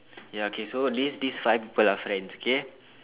ya okay so these these five people are friends okay